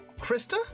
Krista